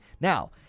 Now